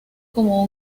como